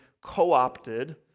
co-opted